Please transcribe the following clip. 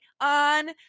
on